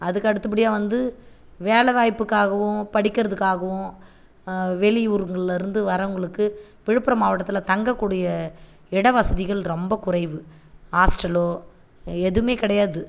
அதுக்கு அடுத்தபடியாக வந்து வேலைவாய்ப்புக்காகவும் படிக்கிறதுக்காகவும் வெளியூர்ங்கள்லர்ந்து வர்றவங்களுக்கு விழுப்புரம் மாவட்டத்தில் தங்கக்கூடிய இட வசதிகள் ரொம்ப குறைவு ஹாஸ்ட்டலோ எதுவுமே கிடையாது